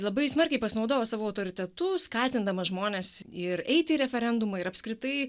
labai smarkiai pasinaudojo savo autoritetu skatindama žmones ir eiti į referendumą ir apskritai